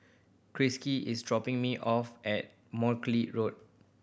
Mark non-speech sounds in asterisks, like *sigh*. *unintelligible* is dropping me off at *unintelligible* Road